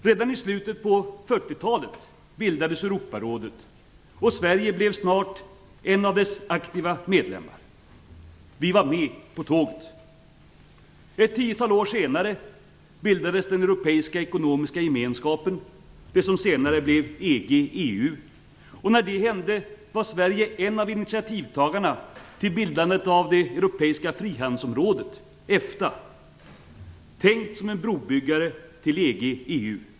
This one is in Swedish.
Redan i slutet av 40-talet bildades Europarådet, och Sverige blev snart en av dess aktiva medlemmar. Vi var med på tåget. Ett tiotal år senare bildades den europeiska ekonomiska gemenskapen, det som senare blev EG EU.